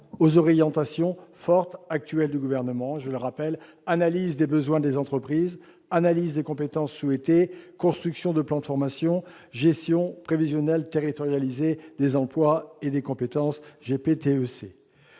aux orientations fortes du Gouvernement : analyse des besoins des entreprises, des compétences souhaitées, construction de plans de formation, gestion prévisionnelle territorialisée des emplois et des compétences, ou GPTEC.